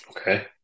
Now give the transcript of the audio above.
okay